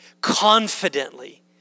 confidently